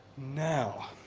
now,